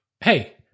hey